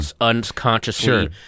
unconsciously